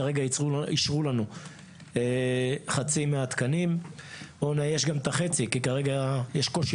כרגע אישרו לנו חצי מהתקנים --- כי כרגע יש קושי